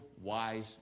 wise